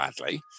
badly